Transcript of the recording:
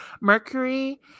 Mercury